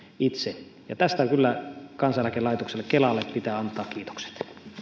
itse tästä kyllä kansaneläkelaitokselle kelalle pitää antaa kiitokset